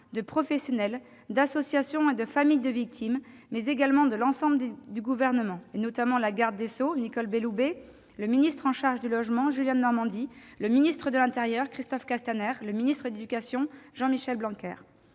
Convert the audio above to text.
de professionnels, d'associations et de familles de victimes, mais également de l'ensemble du Gouvernement, notamment la garde des sceaux, Nicole Belloubet, le ministre chargé de la ville et du logement, Julien Denormandie, le ministre de l'intérieur, Christophe Castaner, et le ministre de l'éducation nationale